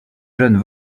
jeunes